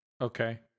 Okay